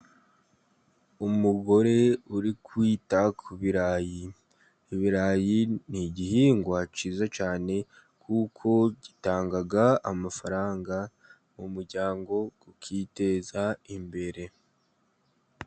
Umugore uri kwita ku birarayi. Ibirayi ni igihingwa cyiza cyane, kuko gitanga amafaranga mu muryango, ukiteza imbere.